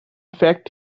fact